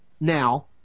now